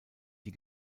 die